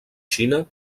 xina